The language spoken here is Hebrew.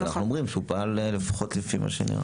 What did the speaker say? אנחנו אומרים שהוא פעל, לפחות מה שנראה.